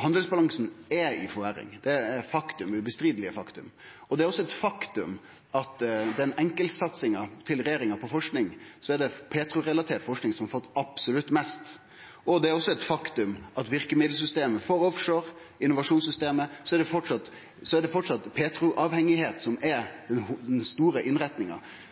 Handelsbalansen er i forverring. Det er eit absolutt faktum. Det er også eit faktum at av den enkeltsatsinga regjeringa har hatt på forsking, er det petrorelatert forsking som har fått absolutt mest. Det er også eit faktum at når det gjeld verkemiddelsystemet for offshore, innovasjonssystemet, er det framleis petroavhengnad som er den store innretninga.